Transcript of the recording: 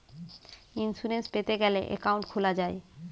insurance পেতে গ্যালে account খুলা যায়